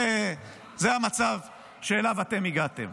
זה המצב שאליו אתם הגעתם.